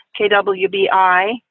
KWBI